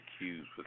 accused